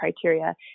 criteria